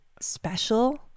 special